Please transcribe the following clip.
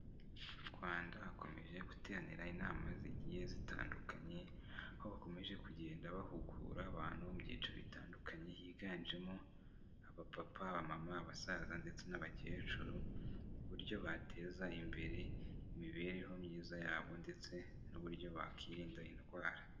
Mu Rwanda hakomeje guteranira inama zigiye zitandukanye, aho bakomeje kugenda bahugura abantu mu byiciro bitandukanye higanjemo: abapapa, abamama, abasaza ndetse n'abakecuru, uburyo bateza imbere, imibereho myiza yabo ndetse n'uburyo bakwirinda indwara.